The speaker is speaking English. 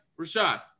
Rashad